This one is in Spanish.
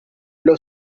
los